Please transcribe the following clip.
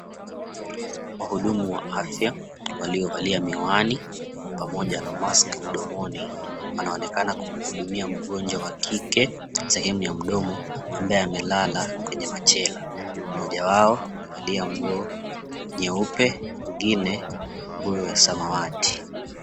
Wahudumu wa afya waliovalia miwani pamoja na mask mdomoni, wanaonekana kumhudumia mgonjwa wa kike sehemu ya mdomo, ambaye amelala kwenye machela. Mmoja wao amevalia nguo nyeupe mwingine nguo ya samawati.